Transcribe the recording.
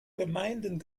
gemeinden